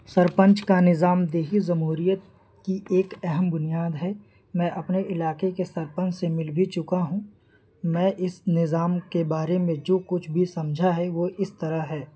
سرپنچ کا نظام دیہی جمہوریت کی ایک اہم بنیاد ہے میں اپنے علاقے کے سرپنچ سے مل بھی چکا ہوں میں اس نظام کے بارے میں جو کچھ بھی سمجھا ہے وہ اس طرح ہے